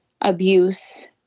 abuse